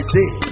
day